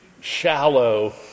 shallow